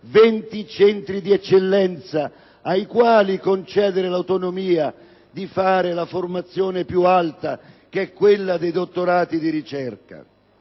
20 centri di eccellenza ai quali concedere l’autonomia di fare la formazione piualta, che e quella dei dottorati di ricerca.